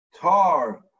Tar